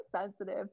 sensitive